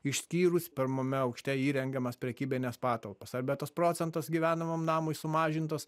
išskyrus pirmame aukšte įrengiamas prekybines patalpas arbe tas procentas gyvenamam namui sumažintas